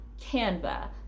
Canva